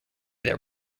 their